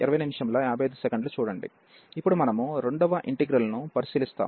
ఇప్పుడు మనము రెండవ ఇంటిగ్రల్ ను పరిశీలిస్తాము